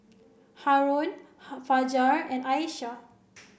Haron Fajar and Aisyah